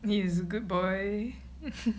and he is good boy